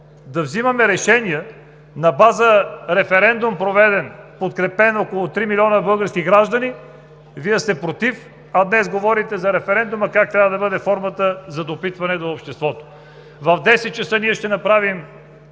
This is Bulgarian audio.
да взимаме решения на база референдум, проведен, подкрепен от около 3 милиона български граждани, Вие сте против, а днес говорите за референдума, как трябва да бъде формата за допитване до обществото. В 10,00 ч. ние ще направим